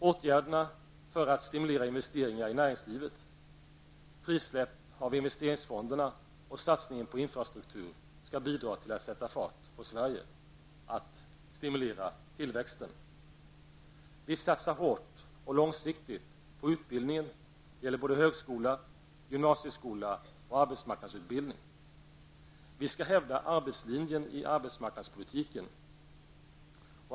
Åtgärderna för att stimulera investeringar i näringslivet, frisläppet av investeringsfonderna och satsningen på infrastruktur skall bidra till att sätta fart på Sverige, att stimulera tillväxten. -- Vi satsar hårt -- och långsiktigt -- på utbildningen. Det gäller såväl högskola, som gymnasieskola och arbetsmarknadsutbildning. -- Vi skall hävda arbetslinjen i arbetsmarknadspolitiken.